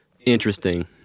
interesting